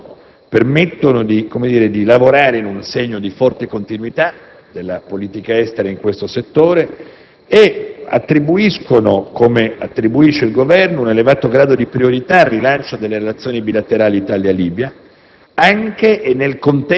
Entrambe permettono di lavorare in un segno di forte continuità della politica estera in questo settore e attribuiscono, come attribuisce il Governo, un elevato grado di priorità al rilancio delle relazioni bilaterali Italia-Libia,